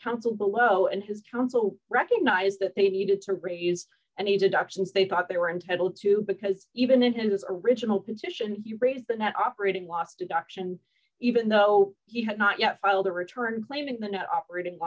counsel below and his counsel recognized that they needed to raise and he did auctions they thought they were entitled to because even in his original petition he raised the net operating loss deduction even though he had not yet filed a return claiming the net operating